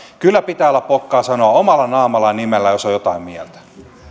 kyllä pitää olla pokkaa sanoa omalla naamallaan ja nimellään jos on jotain mieltä ministeri